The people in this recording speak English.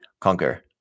conquer